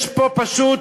יש פה פשוט